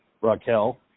Raquel